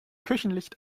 küchenlicht